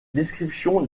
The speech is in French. descriptions